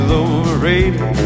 overrated